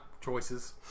choices